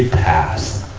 pass,